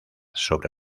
sobre